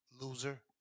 loser